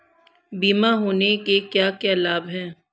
बीमा होने के क्या क्या लाभ हैं?